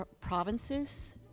provinces